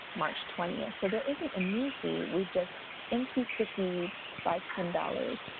march twenty. so, there isn't a new fee, we've just increased the fee by ten dollars.